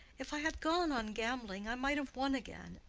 if i had gone on gambling i might have won again,